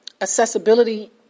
accessibility